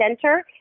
center